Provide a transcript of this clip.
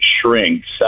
shrinks